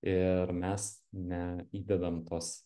ir mes neįdedam tos